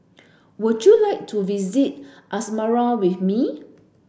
would you like to visit Asmara with me